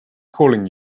calling